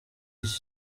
iki